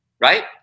right